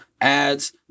Ads